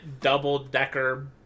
double-decker